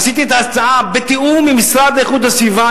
עשיתי את ההצעה בתיאום עם המשרד להגנת הסביבה,